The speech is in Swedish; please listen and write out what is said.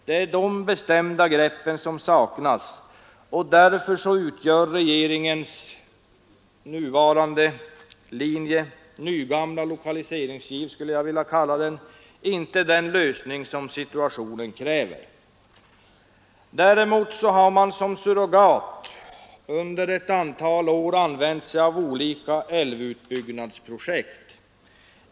Det är dessa bestämda grepp som saknas, och därför utgör regeringens nuvarande linje nygamla lokaliseringsgiv skulle jag vilja kalla den — inte den lösning som situationen kräver. Däremot har man som surrogat under ett antal år använt olika älvutbyggnadsprojekt.